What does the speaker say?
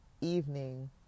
evening